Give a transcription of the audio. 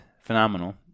Phenomenal